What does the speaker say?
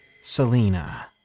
Selena